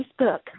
Facebook